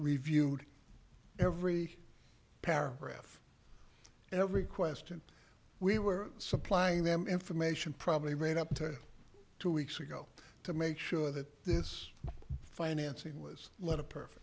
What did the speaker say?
reviewed every paragraph every question we were supplying them information probably made up to two weeks ago to make sure that this financing was letter perfect